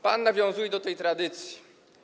Pan nawiązuje do tej tradycji.